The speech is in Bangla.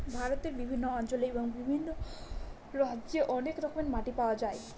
ভারতের বিভিন্ন অঞ্চলে এবং বিভিন্ন রাজ্যে অনেক রকমের মাটি পাওয়া যায়